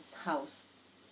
house